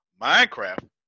Minecraft